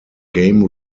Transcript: game